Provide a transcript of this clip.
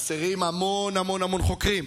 חסרים המון המון המון חוקרים,